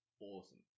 awesome